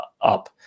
up